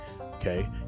okay